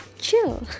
chill